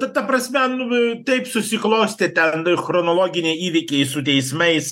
ta ta prasme nu taip susiklostė ten chronologiniai įvykiai su teismais